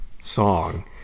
song